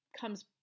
comes